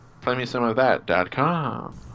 PlayMesomeOfThat.com